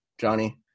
Johnny